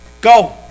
Go